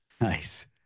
Nice